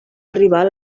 arribar